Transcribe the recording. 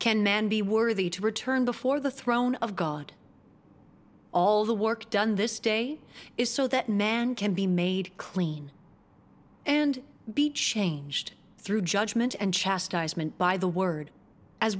can man be worthy to return before the throne of god all the work done this day is so that man can be made clean and be changed through judgment and chastisement by the word as